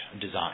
design